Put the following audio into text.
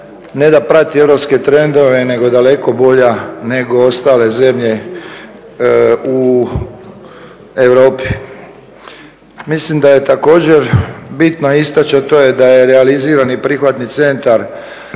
ne da prati europske trendove, nego je daleko bolja nego ostale zemlje u Europi. Mislim da je također bitno istaći, a to je da je realizirani prihvatni centar